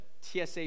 TSA